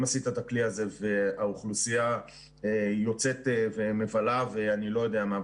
עשית את הכלי הזה והאוכלוסייה יוצאת ומבלה ואני לא יודע מה,